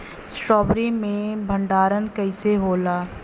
Strawberry के भंडारन कइसे होला?